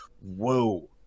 whoa